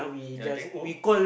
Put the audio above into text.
ya can you go